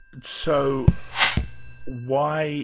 so why